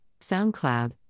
SoundCloud